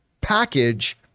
package